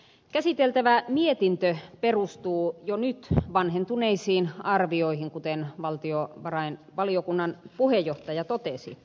käsiteltävä mietintö perustuu jo nyt vanhentuneisiin arvioihin kuten valtiovarainvaliokunnan puheenjohtaja totesi